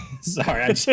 Sorry